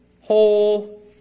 whole